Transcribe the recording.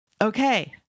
Okay